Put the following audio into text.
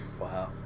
Wow